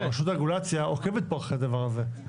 לא, אבל רשות הרגולציה עוקבת פה אחרי הדבר הזה.